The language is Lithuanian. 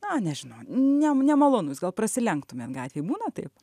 na nežinau ne nemalonus gal prasilenktumėt gatvėj būna taip